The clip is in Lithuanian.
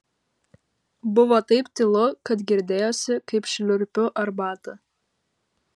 buvo taip tylu kad girdėjosi kaip šliurpiu arbatą